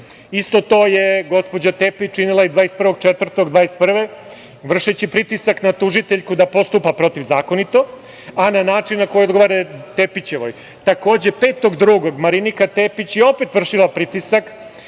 to je gospođa Tepić učinila i 21. aprila 2021. godine vršeći pritisak na tužiteljku da postupa protivzakonito, a na način koji odgovara Tepićevoj. Takođe, 5. februara Marinika Tepić je opet vršila pritisak